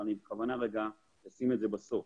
אני בכוונה אתייחס לזה בסוף